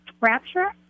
rapture